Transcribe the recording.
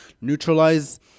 Neutralize